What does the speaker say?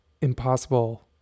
impossible